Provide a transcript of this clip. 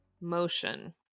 motion